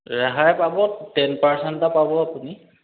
ৰেহাই পাব ten percent এটা পাব আপুনি